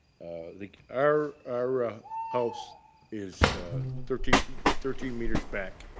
like our our house is thirteen thirteen meters back.